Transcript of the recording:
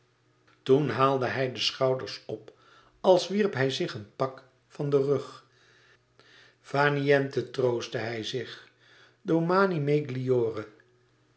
toen haalde hij de schouders op als wierp hij zich een pak van den rug fa niente troostte hij zich domani